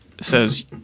says